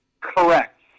Correct